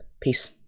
peace